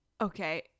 Okay